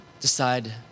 decide